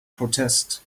protest